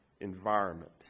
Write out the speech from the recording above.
environment